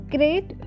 Great